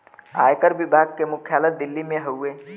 आयकर विभाग के मुख्यालय दिल्ली में हउवे